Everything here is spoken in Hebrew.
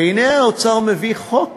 והנה, האוצר מביא חוק